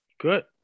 Good